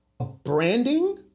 branding